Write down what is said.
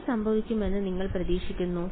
എന്ത് സംഭവിക്കുമെന്ന് നിങ്ങൾ പ്രതീക്ഷിക്കുന്നു